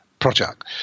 project